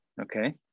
Okay